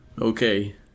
Okay